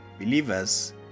believers